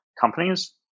companies